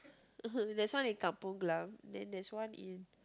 there's one in Kampung Glam then there's one in